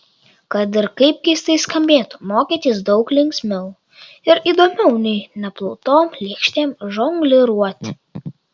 kad ir kaip keistai skambėtų mokytis daug linksmiau ir įdomiau nei neplautom lėkštėm žongliruoti